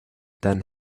tan